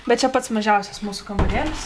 bet čia pats mažiausias mūsų kambarėlis